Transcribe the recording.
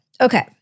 Okay